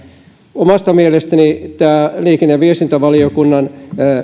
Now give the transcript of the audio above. omasta mielestäni tämä liikenne ja viestintävaliokunnan